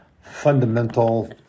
fundamental